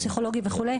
הפסיכולוגי וכו',